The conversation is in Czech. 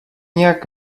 nějak